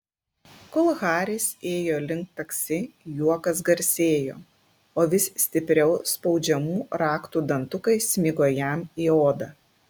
kol haris ėjo link taksi juokas garsėjo o vis stipriau spaudžiamų raktų dantukai smigo jam į odą